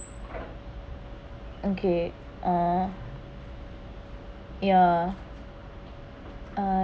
okay uh ya uh